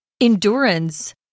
Endurance